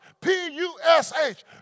P-U-S-H